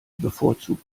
bevorzugt